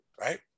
right